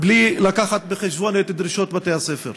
בלי להביא בחשבון את דרישות בתי-הספר.